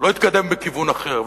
לא יתקדם בכיוון אחר.